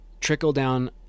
trickle-down